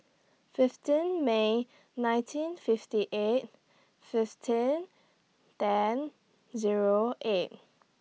fifteen May nineteen fifty eight fifteen ten Zero eight